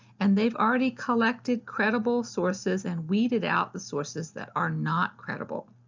and they've already collected credible sources and weeded out the sources that are not credible.